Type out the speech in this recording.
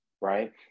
right